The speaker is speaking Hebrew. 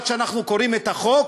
עד שאנחנו קוראים את החוק,